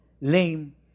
lame